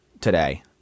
today